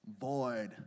void